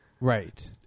right